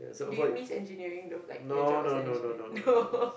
do you miss engineering though like your job as an engineer no